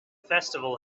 festival